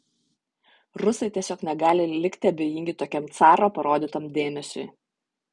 rusai tiesiog negali likti abejingi tokiam caro parodytam dėmesiui